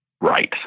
right